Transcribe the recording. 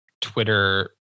Twitter